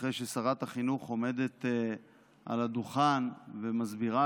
אחרי ששרת החינוך עומדת על הדוכן ומסבירה